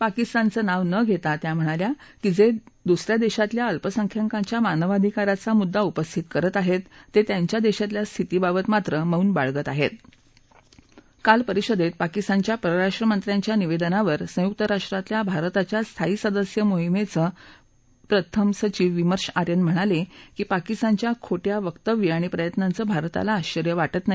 प्राकिस्तानचं नाव न घसी त्या म्हणाल्या ज िद्वुस या दक्षीतील अल्पसंख्यकांच्या मानवाधिकारांचा मुद्दा उपस्थित करत आहर्त त ियांच्या दक्षीतल्या स्थितीबाबत मौन माळगत आहर्त काल परिषदर्तपाकिस्तानच्या परराष्ट्र मंत्र्यांच्या निवद्वज्ञावर संयुक राष्ट्रातील भारताच्या स्थायी सदस्य मोहिमद्वप्रथम सचिव विमर्श आर्यन म्हणालक्री पाकिस्तानच्या खोट्या व्यक्तव्य आणि प्रयत्नांचं भारताला आश्वर्य वाटत नाही